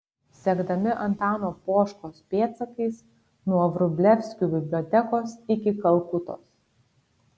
sekdami antano poškos pėdsakais nuo vrublevskių bibliotekos iki kalkutos